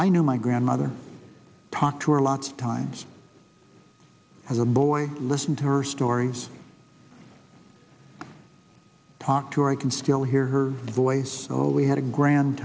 i knew my grandmother talked to a lot of times as a boy listen to her stories talk to her i can still hear her voice though we had a grand